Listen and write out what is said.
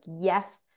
yes